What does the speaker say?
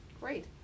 Great